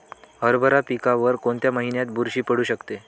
हरभरा पिकावर कोणत्या महिन्यात बुरशी पडू शकते?